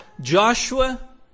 Joshua